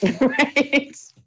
Right